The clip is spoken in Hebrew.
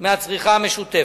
מהצריכה המשותפת.